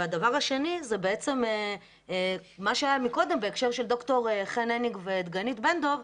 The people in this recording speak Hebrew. והדבר השני זה בעצם מה שהיה מקודם בהקשר של ד"ר חן הניג ודגנית בן-דב,